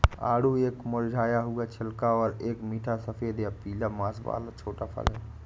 आड़ू एक मुरझाया हुआ छिलका और एक मीठा सफेद या पीला मांस वाला छोटा फल है